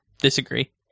Disagree